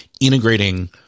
integrating